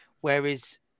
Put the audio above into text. whereas